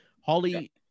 Holly